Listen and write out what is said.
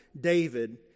David